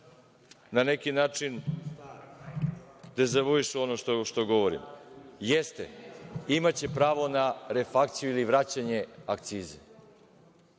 na neki način dezavuiše ono što govorim. Jeste, imaće pravo na refakciju ili vraćanje akciza,